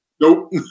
Nope